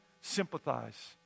sympathize